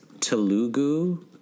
Telugu